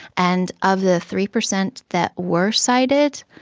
and of the three percent that were cited,